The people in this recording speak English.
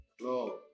No